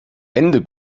ende